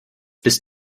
bist